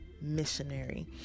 Missionary